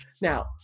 Now